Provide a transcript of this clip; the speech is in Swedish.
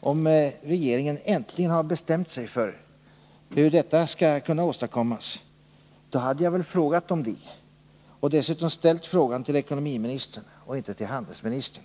om regeringen äntligen har bestämt sig för hur detta skall kunna åstadkommas hade jag väl frågat om det och dessutom ställt frågan till ekonomiministern och inte till handelsministern.